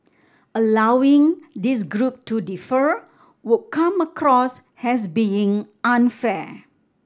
allowing this group to defer would come across as being unfair